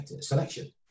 selection